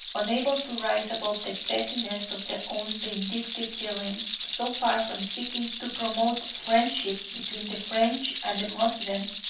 unable to rise above the pettiness of their own vindictive feelings, so far from seeking to promote friendship between the french and the moslems,